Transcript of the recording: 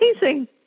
amazing